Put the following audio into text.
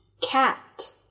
cat